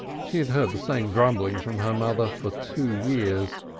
she had heard the same grumblings from her mother for two years.